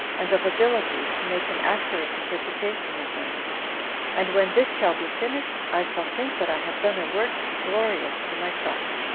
and of abilities to make an accurate interpretation of them and when this shall be finished, i shall think that i have done a work glorious to myself.